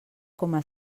coma